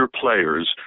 players